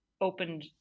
opened